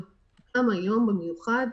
וגם היום במיוחד,